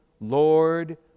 Lord